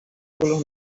cálculos